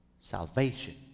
salvation